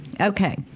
Okay